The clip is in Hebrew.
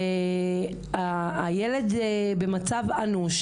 והילד במצב אנוש,